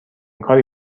کاری